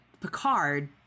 Picard